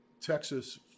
Texas